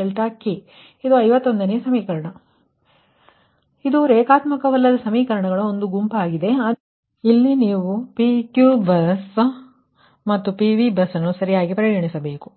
ಆದ್ದರಿಂದ ಇದು non linear ಸಮೀಕರಣಗಳ ಒಂದು ಗುಂಪಾಗಿದೆ ಮತ್ತು ಆದರೆ ಇಲ್ಲಿ ನೀವು PQ ಬಸ್ ಮತ್ತು PV ಬಸ್ ಅನ್ನು ಸರಿಯಾಗಿ ಪರಿಗಣಿಸಬೇಕು